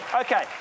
Okay